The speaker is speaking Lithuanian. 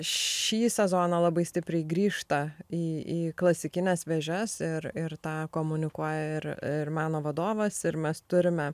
šį sezoną labai stipriai grįžta į į klasikines vėžes ir ir tą komunikuoja ir ir meno vadovas ir mes turime